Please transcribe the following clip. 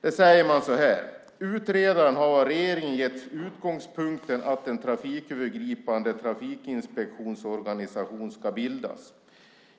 Där sägs: "Utredaren har av regeringen getts utgångspunkten att en trafikövergripande trafikinspektionsorganisation ska bildas.